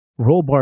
Rollbar